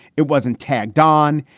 it wasn't tagged on.